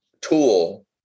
tool